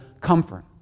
comfort